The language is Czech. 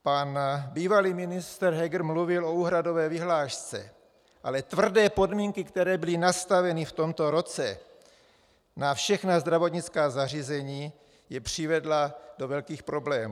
Pan bývalý ministr Heger mluvil o úhradové vyhlášce, ale tvrdé podmínky, které byly nastaveny v tomto roce na všechna zdravotnická zařízení, je přivedla do velkých problémů.